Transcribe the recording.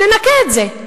ננכה את זה.